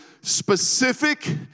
specific